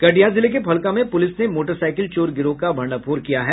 कटिहार जिले के फलका में पुलिस ने मोटरसाईकिल चोर गिरोह का भंडाफोड़ किया है